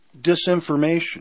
disinformation